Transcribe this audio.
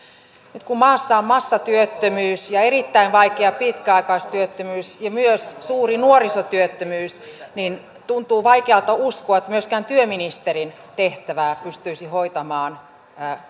nyt kun maassa on massatyöttömyys ja erittäin vaikea pitkäaikaistyöttömyys ja myös suuri nuorisotyöttömyys tuntuu vaikealta uskoa että myöskään työministerin tehtävää pystyisi hoitamaan